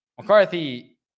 McCarthy